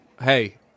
hey